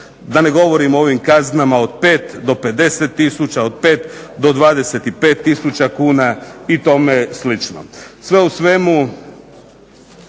Da ne govorim o ovim kaznama od 5 do 50 tisuća, od 5 do 25 tisuća kuna i tome slično. Sve u svemu,